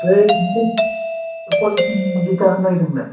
ओमफ्राय माबायदि कुवालिटिनि इथा होनो नागिरदों नोंलाय